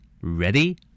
Ready